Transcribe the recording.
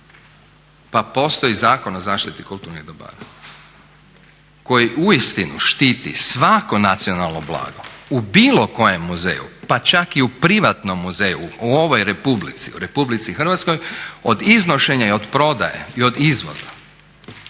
Pa postoji Zakon o zaštiti kulturnih dobara koji uistinu štiti svako nacionalno blagu u bilo kojem muzeju pa čak i u privatnom muzeju, u ovoj republici, u RH od iznošenja i od prodaje i od izvoza